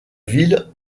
ville